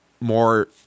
more